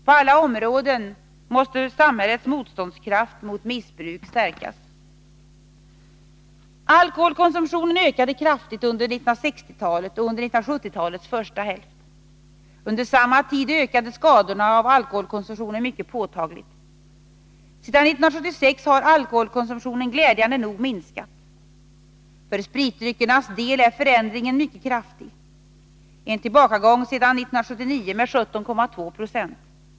På alla områden måste samhällets motståndskraft mot missbruk stärkas. Alkoholkonsumtionen ökade kraftigt under 1960-talet och under 1970 talets första hälft. Under samma tid ökade skadorna av alkoholkonsumtionen mycket påtagligt. Sedan 1976 har alkoholkonsumtionen glädjande nog minskat. För spritdryckernas del är förändringen mycket kraftig; en tillbakagång sedan 1979 med 17,2 20.